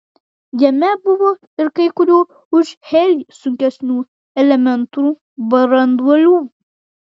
jame buvo ir kai kurių už helį sunkesnių elementų branduolių